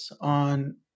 on